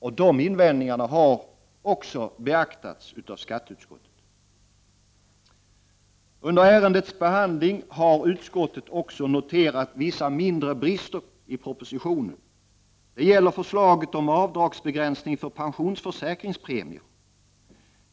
Dessa invändningar har beaktats av skatteutskottet. Under ärendets behandling har utskottet också noterat vissa mindre brister i propositionen. Det gäller förslaget om avdragsbegränsning för pensionsförsäkringspremier.